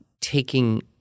taking